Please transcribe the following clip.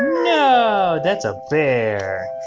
no, that's a bear.